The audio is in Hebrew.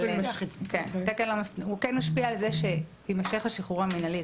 הוא כן משפיע על זה שיימשך השחרור המנהלי,